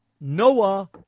Noah